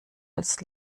als